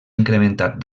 incrementat